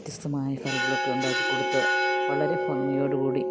വ്യത്യസ്തമായ കറികളൊക്കെ ഉണ്ടാക്കി കൊടുത്തു വളരെ ഭംഗിയോട് കൂടി